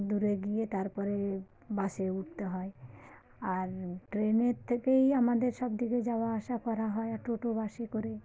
দূরে গিয়ে তার পরে বাসে উঠতে হয় আর ট্রেনের থেকেই আমাদের সব দিকে যাওয়া আসা করা হয় আর টোটো বাসে করে